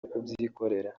kubyikorera